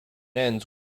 ends